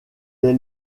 est